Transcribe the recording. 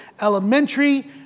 elementary